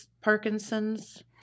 Parkinson's